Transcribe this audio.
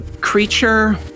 creature